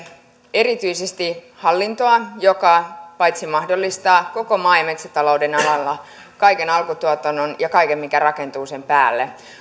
erityisesti hallintoa joka mahdollistaa koko maa ja metsätalouden alalla kaiken alkutuotannon ja kaiken mikä rakentuu sen päälle